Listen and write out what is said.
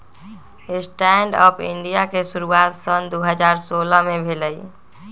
stand up India के शुरुआत सन दू हज़ार सोलह में भेलइ